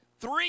Three